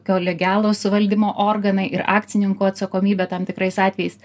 kolegialūs valdymo organai ir akcininkų atsakomybė tam tikrais atvejais